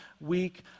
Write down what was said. week